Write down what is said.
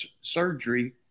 surgery